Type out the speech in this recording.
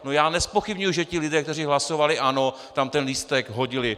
No, já nezpochybňuji, že ti lidé, kteří hlasovali ano, tam ten lístek vhodili.